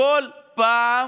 כל פעם